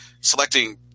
selecting